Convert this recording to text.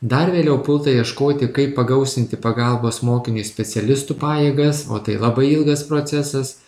dar vėliau pulta ieškoti kaip pagausinti pagalbos mokiniui specialistų pajėgas o tai labai ilgas procesas